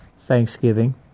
Thanksgiving